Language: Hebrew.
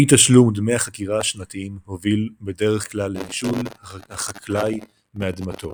אי-תשלום דמי החכירה השנתיים הוביל בדרך כלל לנישול החקלאי מאדמתו.